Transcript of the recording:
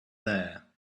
there